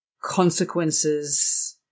consequences